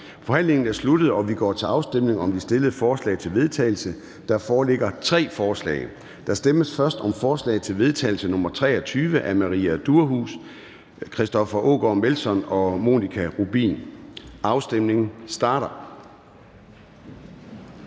Forhandlingen er sluttet, og vi går til afstemning om de fremsatte forslag til vedtagelse. Der foreligger tre forslag. Der stemmes først om forslag til vedtagelse nr. V 23 af Maria Durhuus (S), Christoffer Aagaard Melson (V) og Monika Rubin (M). Afstemningen starter.